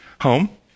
home